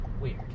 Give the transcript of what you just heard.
Weird